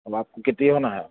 اب آپ کو کتنی ہونا ہے آپ کو